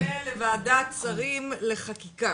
זה עולה לוועדת שרים לחקיקה.